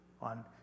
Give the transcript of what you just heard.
on